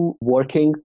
working